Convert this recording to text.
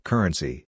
Currency